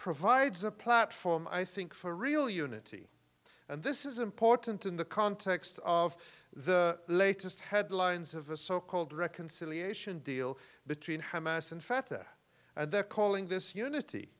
provides a platform i think for real unity and this is important in the context of the latest headlines of a so called reconciliation deal between hamas and fattah and they're calling this unity